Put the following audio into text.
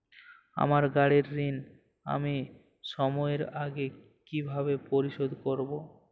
আমার গাড়ির ঋণ আমি সময়ের আগে কিভাবে পরিশোধ করবো?